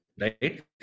Right